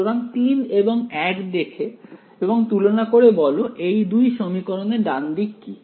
সুতরাং 3 এবং 1 দেখে এবং তুলনা করে বল এই দুই সমীকরণের ডান দিক কি